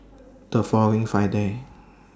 The following Friday